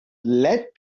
let